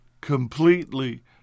Completely